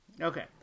Okay